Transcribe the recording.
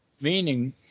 meaning